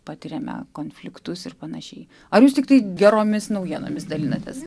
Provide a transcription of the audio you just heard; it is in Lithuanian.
patiriame konfliktus ir panašiai ar jūs tiktai geromis naujienomis dalinatės